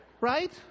Right